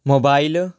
mobile